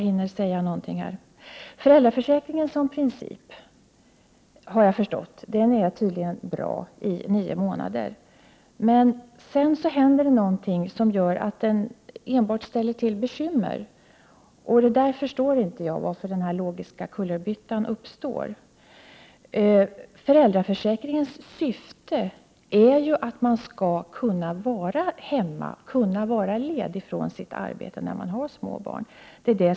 Såvitt jag förstår är föräldraförsäkringen i princip bra i nio månader. Men sedan händer något som gör att den enbart förorsakar bekymmer. Jag förstår inte riktigt orsaken till denna logiska kullerbytta. Syftet med föräldraförsäkringen är ju att föräldrarna skall kunna vara lediga från arbetet så länge barnen är små.